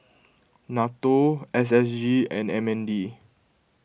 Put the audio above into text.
Nato S S G and M N D